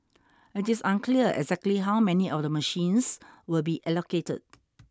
it is unclear exactly how many of the machines will be allocated